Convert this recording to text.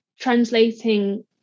translating